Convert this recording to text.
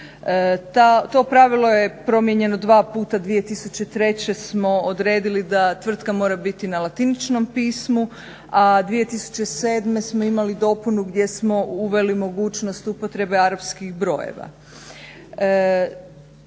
To pravilo je promijenjeno dva puta 2003. smo odredili da tvrtka mora biti na latiničnom pismu a 2007. smo imali dopunu gdje smo uveli mogućnost arapskih brojeva.